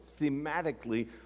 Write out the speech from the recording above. thematically